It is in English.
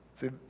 See